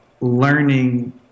learning